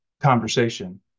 conversation